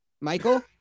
Michael